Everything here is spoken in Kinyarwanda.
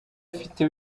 afite